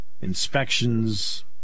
inspections